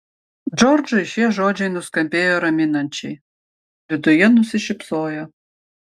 džordžai šie žodžiai nuskambėjo raminančiai viduje nusišypsojo